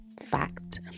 fact